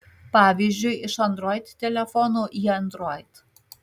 pavyzdžiui iš android telefono į android